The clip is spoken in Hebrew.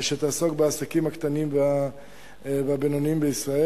שתעסוק בעסקים הקטנים והבינוניים בישראל.